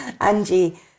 Angie